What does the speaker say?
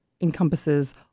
encompasses